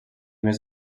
més